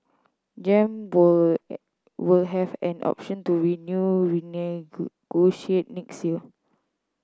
Gem will have an option to renew next year